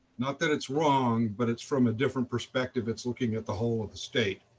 not that it's wrong, but it's from a different perspective. it's looking at the whole of the state,